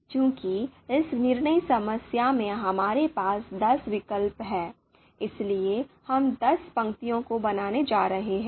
चूंकि इस निर्णय समस्या में हमारे पास दस विकल्प हैं इसलिए हम दस पंक्तियों को बनाने जा रहे हैं